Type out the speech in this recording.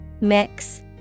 Mix